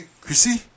Chrissy